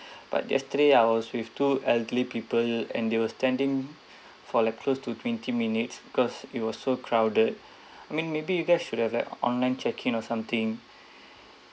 but yesterday I was with two elderly people and they were standing for like close to twenty minutes because it was so crowded I mean maybe you guys should have an online check in or something